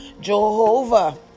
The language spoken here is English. Jehovah